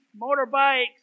motorbikes